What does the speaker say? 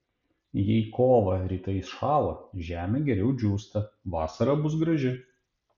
jei kovą rytais šąla žemė geriau džiūsta vasara bus graži